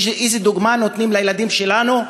איזו דוגמה נותנים לילדים שלנו,